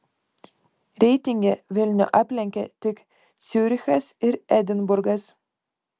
reitinge vilnių aplenkė tik ciurichas ir edinburgas